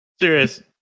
Serious